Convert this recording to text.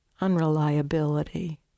unreliability